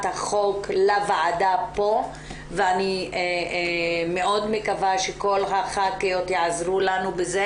החוק לוועדה פה ואני מאוד מקווה שכל הח"כיות יעזרו לנו בזה.